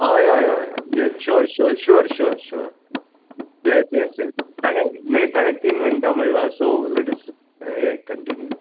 हय हय हय yes sure sure sure sure sure yes yes yes ताणें न्हय ताणें तीन मिनटां म्हणलां सो लेट अस हें कंटिन्यू